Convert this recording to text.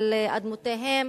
על אדמותיהם